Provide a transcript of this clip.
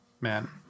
man